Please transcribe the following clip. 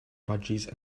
budgies